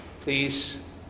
Please